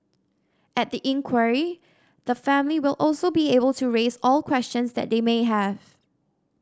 at the inquiry the family will also be able to raise all questions that they may have